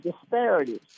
disparities